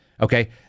Okay